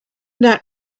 not